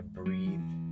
breathe